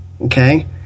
Okay